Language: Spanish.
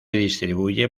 distribuye